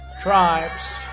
Tribes